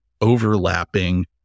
overlapping